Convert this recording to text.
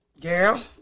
Girl